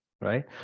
Right